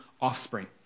offspring